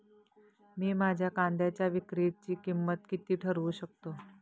मी माझ्या कांद्यांच्या विक्रीची किंमत किती ठरवू शकतो?